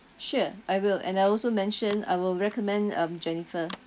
sure I will and I also mention I will recommend um jennifer